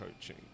coaching